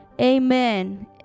Amen